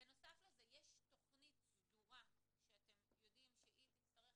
בנוסף לזה יש תכנית סדורה שאתם יודעים שהיא תצטרך